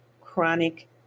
chronic